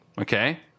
Okay